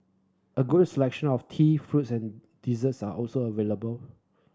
a good selection of tea fruits and desserts are also available